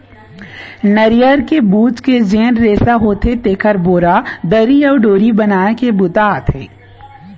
नरियर के बूच के जेन रेसा होथे तेखर बोरा, दरी अउ डोरी बनाए के बूता आथे